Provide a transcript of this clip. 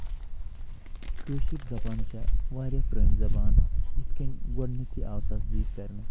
کٲشِر زَبان چھےٚ واریاہ پرٲنۍ زَبان یِتھ کٔنۍ گۄڈٕنِتھٕے آو تَصدیٖق کرنہٕ